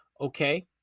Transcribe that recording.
okay